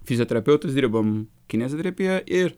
fizioterapeutus dirbom kinezoterapija ir